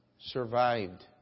survived